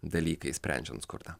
dalykai sprendžiant skurdą